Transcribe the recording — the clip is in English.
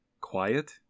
quiet